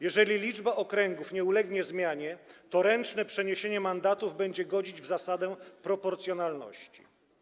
Jeżeli liczba okręgów nie ulegnie zmianie, to ręczne przeniesienie mandatów będzie godzić w zasadę proporcjonalności.